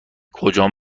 کجان